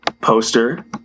poster